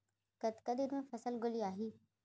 कतका दिन म फसल गोलियाही?